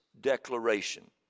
declaration